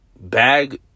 bag